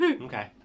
Okay